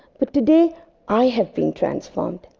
but today i have been transformed.